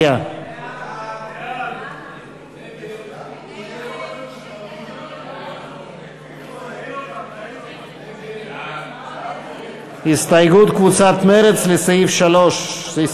38. אני קובע כי הסתייגות קבוצת יהדות התורה לא התקבלה.